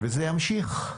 וזה ימשיך.